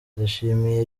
ndayishimiye